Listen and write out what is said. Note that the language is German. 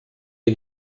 der